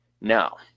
Now